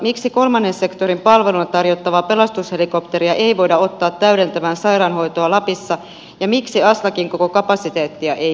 miksi kolmannen sektorin palveluna tarjottavaa pelastushelikopteria ei voida ottaa täydentämään sairaanhoitoa lapissa ja miksi aslakin koko kapasiteettia ei hyödynnetä